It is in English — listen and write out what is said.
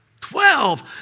twelve